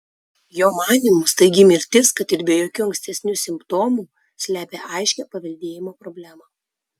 jo manymu staigi mirtis kad ir be jokių ankstesnių simptomų slepia aiškią paveldėjimo problemą